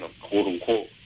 quote-unquote